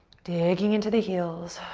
digging into the heels.